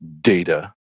data